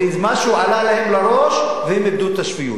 ומשהו עלה להם לראש והם איבדו את השפיות.